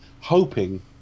hoping